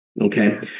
Okay